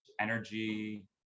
energy